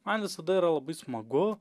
man visada yra labai smagu